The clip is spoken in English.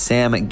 Sam